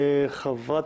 חברת